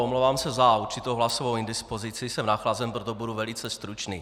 Omlouvám se za určitou hlasovou indispozici, jsem nachlazen, proto budu velice stručný.